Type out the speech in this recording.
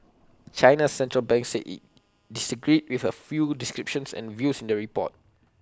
China's Central Bank said IT disagreed with A few descriptions and views in the report